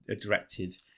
directed